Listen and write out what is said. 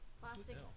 Plastic